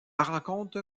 rencontre